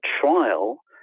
trial